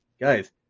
guys